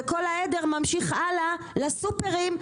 וכל העדר ממשיך הלאה לסופרים,